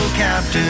Captain